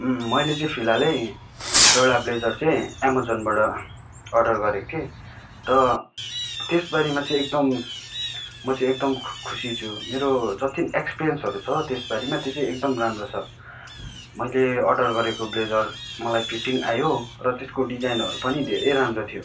मैले चाहिँ फिलहालै एउटा ब्लेजर चाहिँ एमाजोनबाट अर्डर गरेको थिएँ र त्यसबारेमा चाहिँ एकदम म चाहिँ एकदम खुसी छु मेरो जतिन एक्सपिरियन्सहरू छ त्यो चाहिँ एकदम राम्रो छ मैले अर्डर गरेको ब्लेजर मलाई फिटिङ आयो र त्यसको डिजाइनहरू पनि धेरै राम्रो थियो